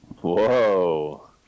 Whoa